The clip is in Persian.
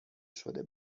شده